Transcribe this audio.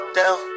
down